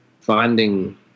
finding